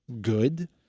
good